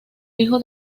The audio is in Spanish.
hijo